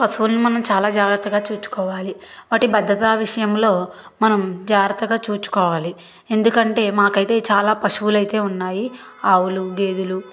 పశువులని మనం చాలా జాగ్రత్తగా చూసుకోవాలి వాటి భద్రతా విషయంలో మనం జాగ్రత్తగా చూసుకోవాలి ఎందుకంటే మాకైతే చాలా పశువులయితే ఉన్నాయి ఆవులూ గేదెలూ